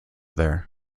there